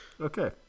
Okay